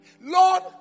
Lord